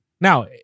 Now